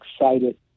excited